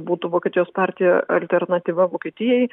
būtų vokietijos partija alternatyva vokietijai